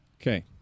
Okay